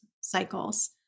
cycles